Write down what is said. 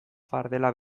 fardela